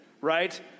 right